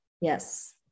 Yes